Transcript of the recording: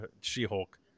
She-Hulk